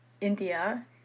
India